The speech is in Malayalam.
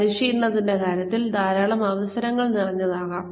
പരിശീലനത്തിന്റെ കാര്യത്തിൽ ധാരാളം അവസരങ്ങൾ നിറഞ്ഞതാകാം